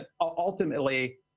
ultimately